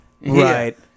Right